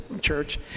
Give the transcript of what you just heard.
church